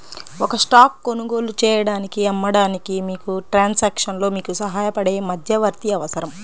ఒక స్టాక్ కొనుగోలు చేయడానికి, అమ్మడానికి, మీకు ట్రాన్సాక్షన్లో మీకు సహాయపడే మధ్యవర్తి అవసరం